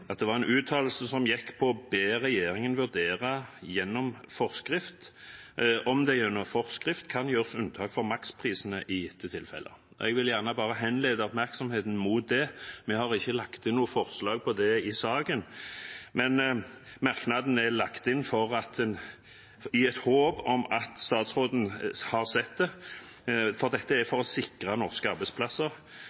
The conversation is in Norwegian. høringsuttalelsene, som var ganske omfattende, la vi merke til en uttalelse som gikk på å be regjeringen vurdere om det gjennom forskrift kan gjøres unntak for maksprisene i gitte tilfeller. Jeg vil gjerne henlede oppmerksomheten mot det. Vi har ikke lagt inn noe forslag om det i saken, men merknaden er lagt inn i et håp om at statsråden har sett det. Dette er